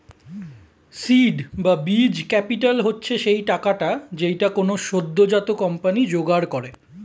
seed বা বীজ capital হচ্ছে সেই টাকাটা যেইটা কোনো সদ্যোজাত কোম্পানি জোগাড় করে